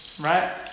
Right